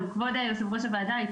כבוד יושבת ראש הוועדה,